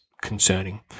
concerning